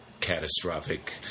catastrophic